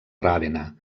ravenna